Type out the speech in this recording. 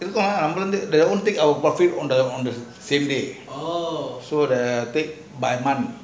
இருக்கும்:irukum lah நம்ம வந்து:namma vanthu take our profit on the on the same day so the pay by month